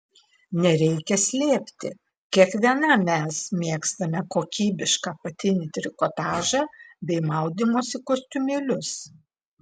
nereikia slėpti kiekviena mes mėgstame kokybišką apatinį trikotažą bei maudymosi kostiumėlius